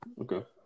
Okay